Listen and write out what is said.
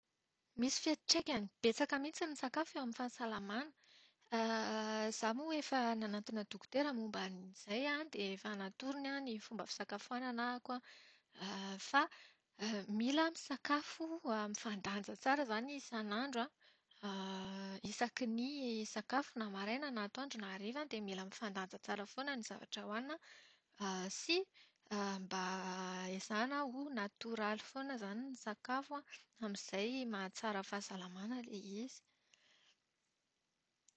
Misy fiantraikany betsaka mihitsy ny sakafo eo amin'ny fahasalamana. Izaho moa efa nanantona dokotera momba an'izay dia efa natorony ny fomba fisakafoanana ahako an fa mila misakafo mifandanja tsara izany isanandro. Isaky ny sakafo na maraina na atoandro na hariva dia mila mifandanja tsara foana ny zavatra hohanina sy mba ezahana ho natoraly foana izany ny sakafo an amin'izay mahatsara fahasalamàna ilay izy.